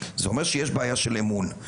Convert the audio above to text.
זה אומר שיש בעיה של אמון.